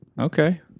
Okay